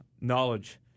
knowledge